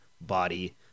body